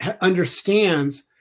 understands